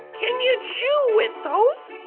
can you chew with those?